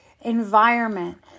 environment